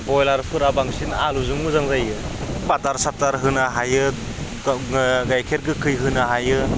बयलारफोरा बांसिन आलुजों मोजां जायो बाटार साटार होनो हायो गाइखेर गोखै होनो हायो